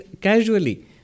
casually